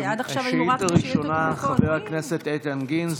השאילתה הראשונה, חבר הכנסת איתן גינזבורג.